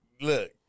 look